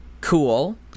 cool